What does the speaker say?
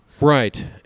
Right